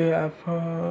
ଯେ ଆପ